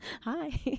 Hi